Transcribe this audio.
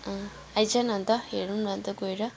अँ आइज न अन्त हेरौ न अन्त गएर